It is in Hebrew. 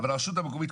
ההסדרים.